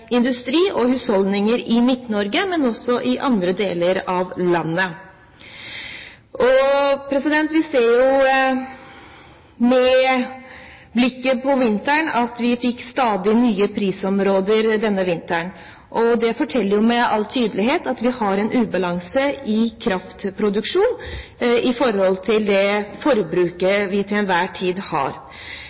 industri og husholdninger i Midt-Norge, men også i andre deler av landet. Med blikket på vinteren ser vi at vi fikk stadig nye prisområder, og det forteller jo med all tydelighet at vi har en ubalanse i kraftproduksjonen i forhold til det forbruket vi til enhver tid har.